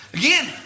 again